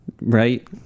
Right